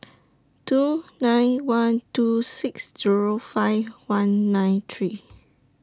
two nine one two six Zero five one nine three